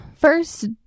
first